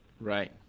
Right